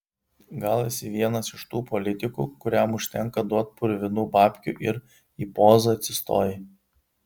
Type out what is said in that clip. gal esi vienas iš tų politikų kuriam užtenka duot purvinų babkių ir į pozą atsistoji